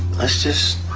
let's just,